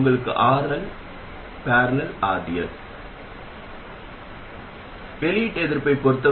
எனவே வோல்டேஜ் வோ நீங்கள் இணைக்கும் சுமை எதிர்ப்பைப் பொறுத்தது